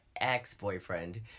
ex-boyfriend